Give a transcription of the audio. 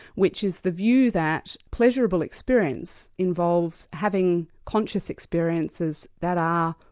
which is the view that pleasurable experience involves having conscious experiences that are,